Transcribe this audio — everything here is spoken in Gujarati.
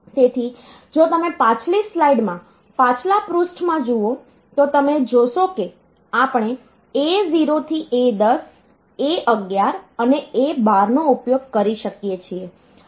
તેથી જો તમે પાછલી સ્લાઇડમાં પાછલા પૃષ્ઠમાં જુઓ તો તમે જોશો કે આપણે A0 થી A10 A11 અનેA12 નો ઉપયોગ કરી શકીએ છીએ